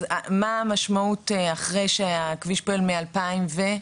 מה המשמעות אחרי שהכביש פועל מ- 2018?